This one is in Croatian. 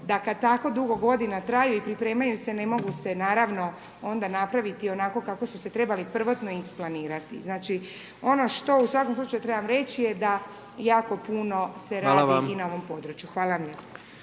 da kad tako dugo godina traju i pripremaju se ne mogu se naravno onda napraviti onako kako su se trebali prvotno isplanirati. Znači, ono što u svakom slučaju trebam reći je da jako puno se radi .../Upadica Predsjednik: Hvala vam./...